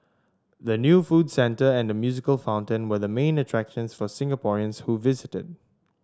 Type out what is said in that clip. the new food centre and the musical fountain were the main attractions for Singaporeans who visited